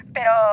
Pero